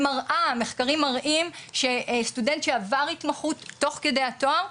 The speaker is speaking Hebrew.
מחקרים מראים שסטודנט שעבר התמחות תוך כדי התואר,